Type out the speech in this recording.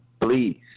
please